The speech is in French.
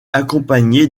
accompagné